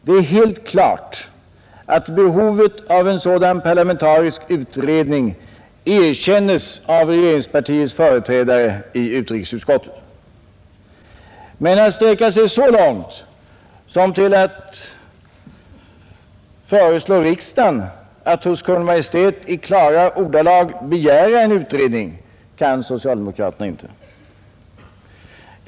Det är helt klart att behovet av en sådan parlamentarisk utredning erkännes av regeringspartiets företrädare i utrikesutskottet. Men att sträcka sig så långt som till att föreslå riksdagen att hos Kungl. Maj:t i klara ordalag begära en utredning kan socialdemokraterna inte.